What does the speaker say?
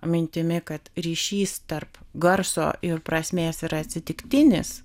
mintimi kad ryšys tarp garso ir prasmės yra atsitiktinis